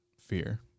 fear